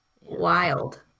wild